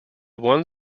one